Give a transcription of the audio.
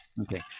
Okay